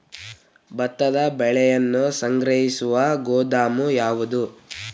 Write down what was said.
ಭತ್ತದ ಬೆಳೆಯನ್ನು ಸಂಗ್ರಹಿಸುವ ಗೋದಾಮು ಯಾವದು?